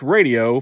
Radio